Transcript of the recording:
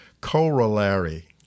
corollary